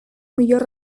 millor